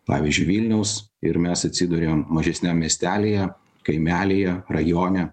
pavyzdžiui vilniaus ir mes atsiduriam mažesniam miestelyje kaimelyje rajone